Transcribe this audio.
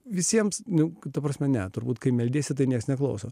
visiems ne ta prasme ne turbūt kai meldiesi tai nes neklauso